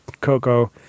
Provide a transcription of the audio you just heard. Coco